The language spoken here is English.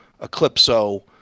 Eclipso